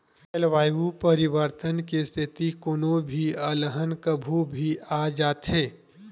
जलवायु परिवर्तन के सेती कोनो भी अलहन कभू भी आ जाथे